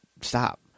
stop